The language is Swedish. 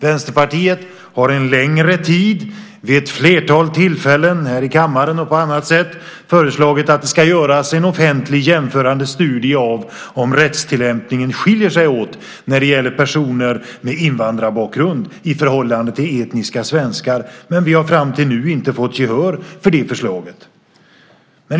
Vänsterpartiet har en längre tid vid ett flertal tillfällen här i kammaren och på annat sätt föreslagit att det ska göras en offentlig jämförande studie av om rättstillämpningen skiljer sig åt när det gäller personer med invandrarbakgrund i förhållande till etniska svenskar, men vi har fram till nu inte fått gehör för det förslaget.